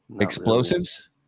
Explosives